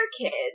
kids